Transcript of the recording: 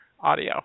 audio